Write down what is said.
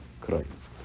christ